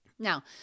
Now